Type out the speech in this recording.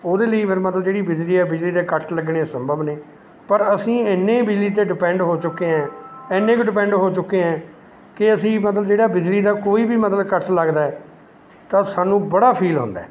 ਉਹਦੇ ਲਈ ਫਿਰ ਮਤਲਬ ਜਿਹੜੀ ਬਿਜਲੀ ਹੈ ਬਿਜਲੀ ਦੇ ਕੱਟ ਲੱਗਣੇ ਸੰਭਵ ਨੇ ਪਰ ਅਸੀਂ ਇੰਨੇ ਬਿਜਲੀ 'ਤੇ ਡਿਪੈਂਡ ਹੋ ਚੁੱਕੇ ਹੈ ਇੰਨੇ ਕੁ ਡਿਪੈਂਡ ਹੋ ਚੁੱਕੇ ਹੈ ਕਿ ਅਸੀਂ ਮਤਲਬ ਜਿਹੜਾ ਬਿਜਲੀ ਦਾ ਕੋਈ ਵੀ ਮਤਲਬ ਕੱਟ ਲੱਗਦਾ ਹੈ ਤਾਂ ਸਾਨੂੰ ਬੜਾ ਫੀਲ ਹੁੰਦਾ ਹੈ